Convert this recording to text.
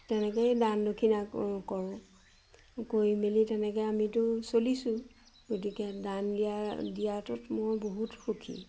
তেনেকৈয়ে দান দক্ষিণা কৰোঁ কৰি মেলি তেনেকে আমিতো চলিছোঁ গতিকে দান দিয়া দিয়াতোত মই বহুত সুখী